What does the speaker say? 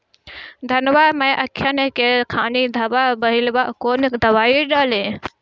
धनवा मै अखियन के खानि धबा भयीलबा कौन दवाई डाले?